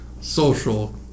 social